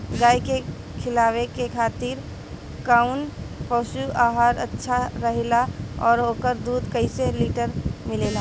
गाय के खिलावे खातिर काउन पशु आहार अच्छा रहेला और ओकर दुध कइसे लीटर मिलेला?